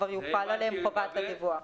כבר תוחל עליהם חובת הדיווח.